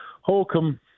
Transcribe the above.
Holcomb